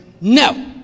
No